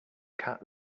cat